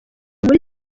muri